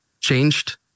changed